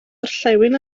orllewin